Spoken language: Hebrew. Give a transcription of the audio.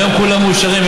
היום כולם מאושרים,